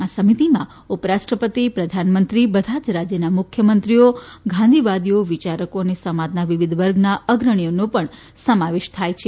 આ સમિતિમાં ઉપરાષ્ટ્રપતિ પ્રધાનમંત્રી બધા રાજ્યના મુખ્યમંત્રીઓ ગાંધીવાદીઓ વિચારકો અને સમાજના વિવિધ વર્ગના અગ્રણીઓનો પણ સમાવેશ થાય છે